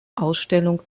ausstellung